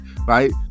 right